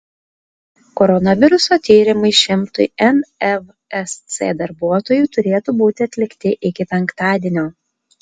koronaviruso tyrimai šimtui nvsc darbuotojų turėtų būti atlikti iki penktadienio